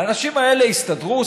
האנשים האלה הסתדרו,